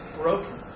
broken